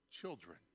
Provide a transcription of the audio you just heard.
children